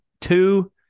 Two